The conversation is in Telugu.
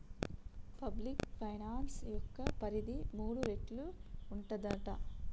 పబ్లిక్ ఫైనాన్స్ యొక్క పరిధి మూడు రేట్లు ఉంటదట